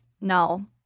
No